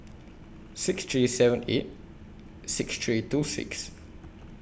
six three seven eight six three two six